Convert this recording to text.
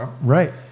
Right